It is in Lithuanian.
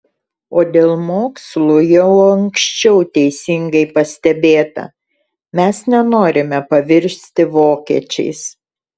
o dėl mokslų jau anksčiau teisingai pastebėta mes nenorime pavirsti vokiečiais